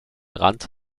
rand